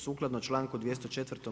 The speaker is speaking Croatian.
Sukladno članku 204.